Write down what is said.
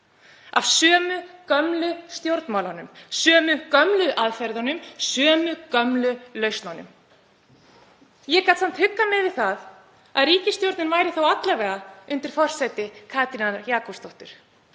af sömu gömlu stjórnmálunum, sömu gömlu aðferðunum, sömu gömlu lausnunum. Ég gat samt huggað mig við það að ríkisstjórnin væri þó alla vega undir forsæti Katrínar Jakobsdóttur.